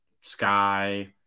Sky